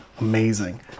amazing